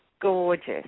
Gorgeous